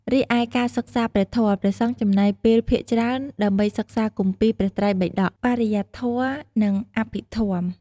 រីឯការសិក្សាព្រះធម៌ ព្រះសង្ឃចំណាយពេលភាគច្រើនដើម្បីសិក្សាគម្ពីរព្រះត្រៃបិដក បរិយត្តិធម៌ និងអភិធម្ម។